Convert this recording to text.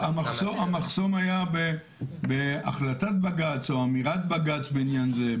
המחסום היה בהחלטת בג"צ או באמירת בג"צ בעניין הזה.